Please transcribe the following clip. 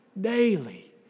daily